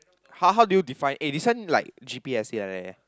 how how do you define eh this one like G_P essay like that eh